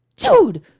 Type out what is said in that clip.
Dude